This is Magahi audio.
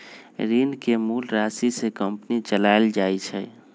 ऋण के मूल राशि से कंपनी चलाएल जाई छई